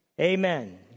Amen